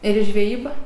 ir į žvejybą